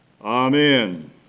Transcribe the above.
Amen